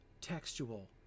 textual